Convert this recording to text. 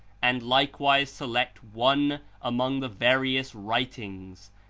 and likewise select one among the various writings,